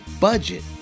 Budget